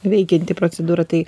veikianti procedūra tai